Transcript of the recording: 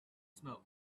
smoke